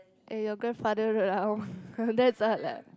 eh your grandfather road ah that's what lah